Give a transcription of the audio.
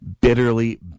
bitterly